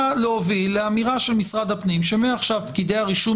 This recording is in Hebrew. להוביל לאמירה של משרד הפנים שמעכשיו פקידי הרישום